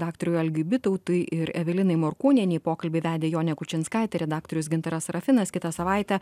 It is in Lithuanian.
daktarui algiui bitautui ir evelinai morkūnienei pokalbį vedė jonė kučinskaitė redaktorius gintaras sarafinas kitą savaitę